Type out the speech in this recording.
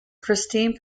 christine